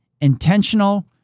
intentional